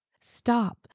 stop